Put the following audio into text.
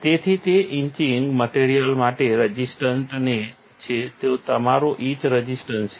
તેથી તે etching material માટે રઝિસ્ટન્ટ છે તે તમારો ઇચ રઝિસ્ટ છે